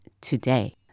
today